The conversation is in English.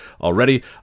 already